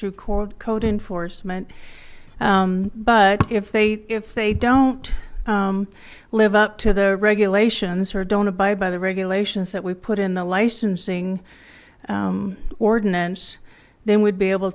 through court code enforcement but if they if they don't live up to the regulations or don't abide by the regulations that we put in the licensing ordinance then we'd be able